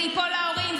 זה ייפול להורים,